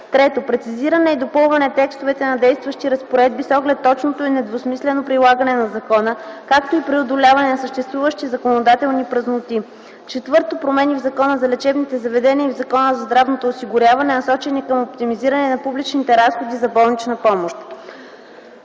Трето, прецизиране и допълване текстовете на действащи разпоредби с оглед точното и недвусмислено прилагане на закона, както и преодоляване на съществуващи законодателни празноти. Четвърто, промени в Закона за лечебните заведения и в Закона за здравното осигуряване, насочени към оптимизиране на публичните разходи за болнична помощ.